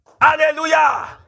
hallelujah